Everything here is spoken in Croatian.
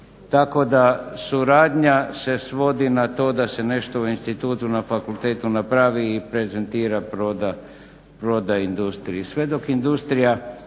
Tako da suradnja se svodi na to da se nešto u institutu na fakultetu napravi i prezentira, proda industriji sve dok industrija